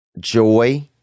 Joy